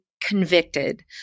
convicted